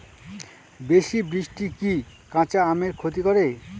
বেশি বৃষ্টি কি কাঁচা আমের ক্ষতি করে?